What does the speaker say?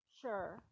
sure